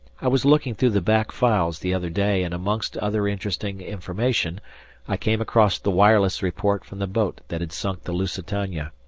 i was looking through the back files the other day and amongst other interesting information i came across the wireless report from the boat that had sunk the lusitania.